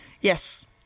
Yes